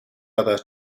other